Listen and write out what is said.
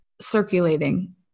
circulating